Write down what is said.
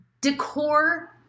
decor